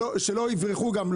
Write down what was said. שלא יברחו גם,